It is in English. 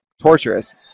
torturous